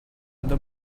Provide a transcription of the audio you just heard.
dans